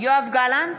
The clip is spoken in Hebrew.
יואב גלנט,